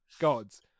gods